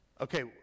Okay